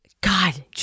God